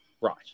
Right